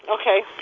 Okay